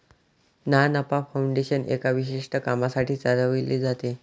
ना नफा फाउंडेशन एका विशिष्ट कामासाठी चालविले जाते